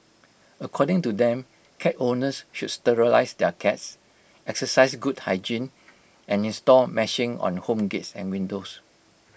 according to them cat owners should sterilise their cats exercise good hygiene and install meshing on home gates and windows